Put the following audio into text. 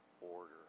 order